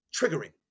triggering